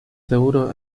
seguro